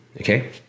Okay